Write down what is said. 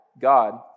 God